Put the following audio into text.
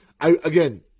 Again